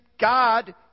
God